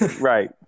right